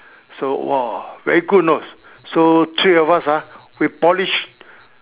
so !wah! very good you know so three of us ah we polish